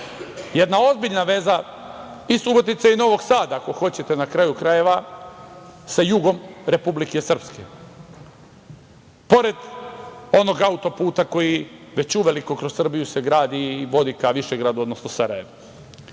Jedna ozbiljna veza i Subotice i Novog Sada, ako hoćete, na kraju krajeva, sa jugom Republike Srpske, pored onog auto-puta koji se već uveliko kroz Srbiju gradi i vodi ka Višegradu, odnosno Sarajevu.